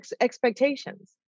expectations